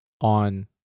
on